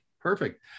Perfect